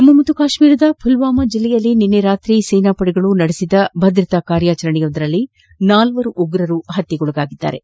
ಜಮ್ಮು ಮತ್ತು ಕಾಶ್ಮೀರದ ಮಲ್ವಾಮಾ ಜಿಲ್ಲೆಯಲ್ಲಿ ನಿನ್ನೆ ರಾತ್ರಿ ಸೇನಾ ದಡೆಯ ನಡೆಸಿದ ಭದ್ರತಾ ಕಾರ್ಯಾಚರಣೆಯಲ್ಲಿ ನಾಲ್ವರು ಉಗ್ರರು ಹತ್ಯೆಗೀಡಾಗಿದ್ದಾರೆ